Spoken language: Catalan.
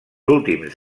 últims